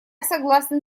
согласен